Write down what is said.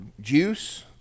juice